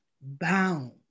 bound